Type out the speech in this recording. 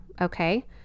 okay